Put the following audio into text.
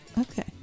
Okay